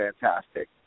fantastic